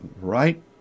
right